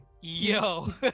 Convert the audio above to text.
yo